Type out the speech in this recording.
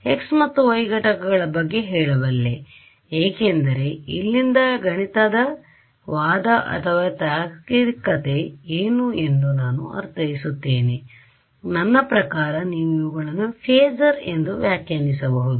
X ಮತ್ತು y ಘಟಕಗಳ ಬಗ್ಗೆ ಹೇಳಬಲ್ಲೆ ಏಕೆಂದರೆ ಇಲ್ಲಿಂದ ಗಣಿತದ ವಾದ ಅಥವಾ ತಾರ್ಕಿಕತೆ ಏನು ಎಂದು ನಾನು ಅರ್ಥೈಸುತ್ತೇನೆ ನನ್ನ ಪ್ರಕಾರ ನೀವು ಇವುಗಳನ್ನು ಫೆಸರ್ ಎಂದು ವ್ಯಾಖ್ಯಾನಿಸಬಹುದು